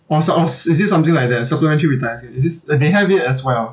oh so oh s~ is it something like that supplementary retirement scheme is this uh they have it as well